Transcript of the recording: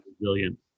resilient